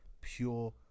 pure